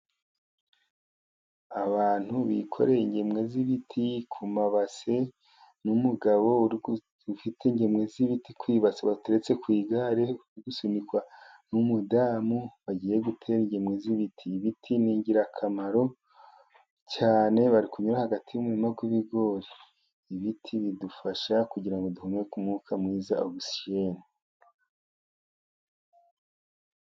Abantu bikoreye ingemwe z'ibiti ku mabase, n'umugabo ufite ingemwe z'ibiti ku ibase wateretse ku igare uri gusunikwa n'umudamu, bagiye gutera ingemwe z'ibiti. Ibiti, ni ingirakamaro cyane . Bari kunyura hagati y'umurima w'ibigori . Ibiti, bidufasha kugira ngo duhumeke umwuka mwiza ogisijene.